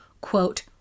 quote